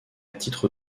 titre